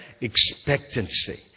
expectancy